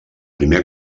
primer